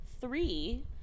three